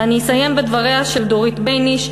ואני אסיים בדבריה של דורית בייניש,